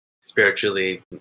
spiritually